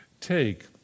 take